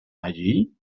allí